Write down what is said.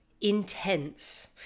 intense